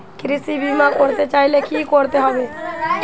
কৃষি বিমা করতে চাইলে কি করতে হবে?